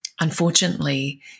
Unfortunately